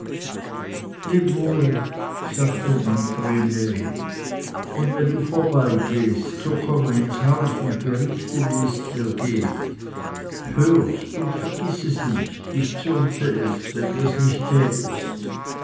leb wohl sagte dann vreneli und wenn du vorbeigehst so komme ins haus und berichte wie es dir geht hörst und vergiß es nicht ich zürnte es wenn du es nicht tätest